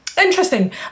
interesting